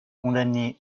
condamné